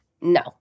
No